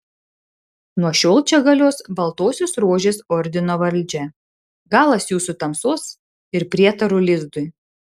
nuo šiol čia galios baltosios rožės ordino valdžia galas jūsų tamsos ir prietarų lizdui